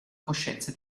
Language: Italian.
coscienza